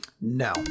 No